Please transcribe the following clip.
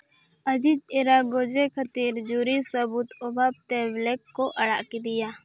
ᱟᱡᱤᱡᱽ ᱮᱨᱟ ᱜᱚᱡᱮ ᱠᱷᱟᱹᱛᱤᱨ ᱡᱩᱨᱤ ᱥᱟᱹᱵᱩᱫᱽ ᱚᱵᱷᱟᱵᱽ ᱛᱮ ᱵᱞᱮᱠ ᱠᱚ ᱟᱲᱟᱜ ᱠᱮᱫᱮᱭᱟ